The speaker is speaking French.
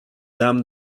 dame